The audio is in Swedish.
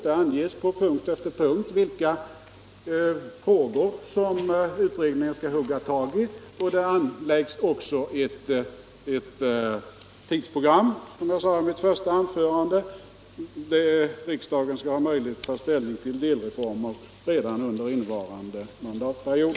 Där anges på punkt efter punkt vilka frågor som utredningen skall hugga tag i, och där finns också ett tidsprogram, som jag nämnde i mitt första anförande. Riksdagen skall ha möjlighet att ta ställning till delreformer redan under innevarande mandatperiod.